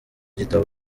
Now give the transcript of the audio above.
gitabo